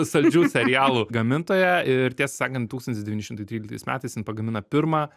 saldžių serialų gamintoja ir tiesą sakant tūkstantis devyni šimtai trylikais metais jin pagamina pirmą